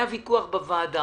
היה ויכוח בוועדה,